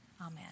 amen